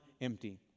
empty